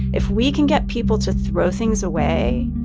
if we can get people to throw things away,